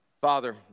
Father